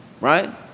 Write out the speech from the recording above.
right